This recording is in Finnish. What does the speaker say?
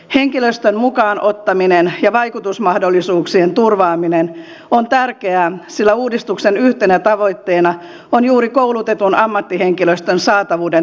henkilöstön mukaan ottaminen ja vaikutusmahdollisuuksien turvaaminen on tärkeää sillä uudistuksen yhtenä tavoitteena on juuri koulutetun ammattihenkilöstön saatavuuden turvaaminen tulevaisuudessa